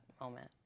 moment